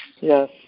Yes